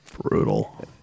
Brutal